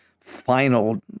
final